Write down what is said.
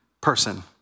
person